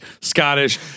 Scottish